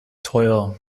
teuer